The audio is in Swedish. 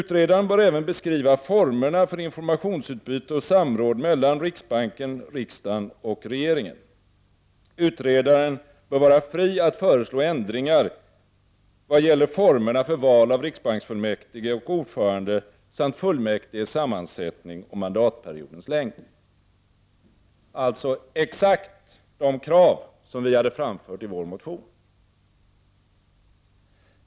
Utredaren bör även beskriva formerna för informationsutbyte och samråd mellan riksbanken, riksdagen och regeringen. Utredaren bör vara fri att föreslå ändringar vad gäller formerna för val av riksbanksfullmäktige och ordförande samt fullmäktiges sammansättning och mandatperiodens längd.” Det var alltså exakt de krav som vi hade ställt i vår motion.